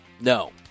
no